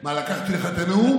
מה, לקחתי לך את הנאום?